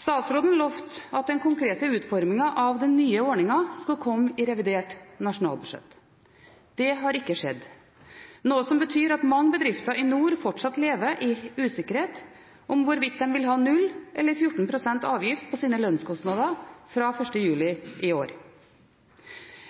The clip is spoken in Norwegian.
Statsråden lovet at den konkrete utformingen av den nye ordningen skulle komme i revidert nasjonalbudsjett. Det har ikke skjedd, noe som betyr at mange bedrifter i nord fortsatt lever i usikkerhet om hvorvidt de vil ha 0 pst. eller 14 pst. avgift på sine lønnskostnader fra 1. juli i år.